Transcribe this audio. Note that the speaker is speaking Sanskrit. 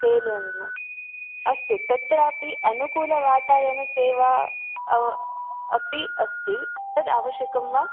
रैल् यानेन अस्तु तत्रापि अनुकूलवातायनसेवा अपि अस्ति तद् आवश्यकं वा